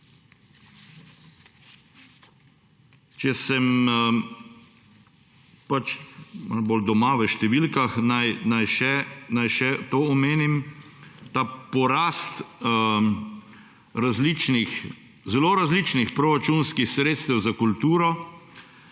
Če sem malo bolj doma v številkah, naj še omenim ta porast zelo različnih proračunskih sredstev za kulturo.